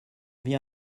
viens